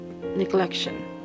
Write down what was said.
neglection